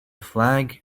flag